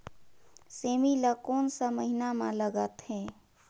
सेमी ला कोन सा महीन मां लगथे?